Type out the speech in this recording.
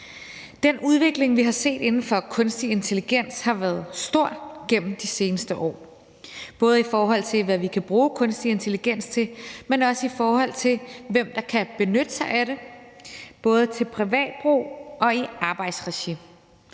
Den udvikling, vi har set inden for kunstig intelligens, har været stor gennem de seneste år, både i forhold til hvad vi kan bruge kunstig intelligens til, men også i forhold til hvem der kan benytte sig af det både til privat brug og i arbejdsregi.